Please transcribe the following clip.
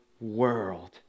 world